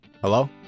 Hello